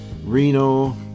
reno